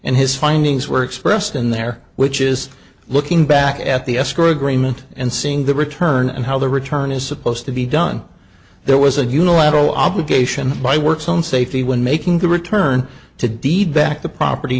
and his findings were expressed in there which is looking back at the escrow agreement and seeing the return and how the return is supposed to be done there was a unilateral obligation by works on safety when making the return to deed back the property